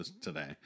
today